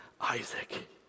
Isaac